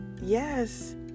Yes